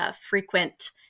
frequent